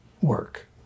work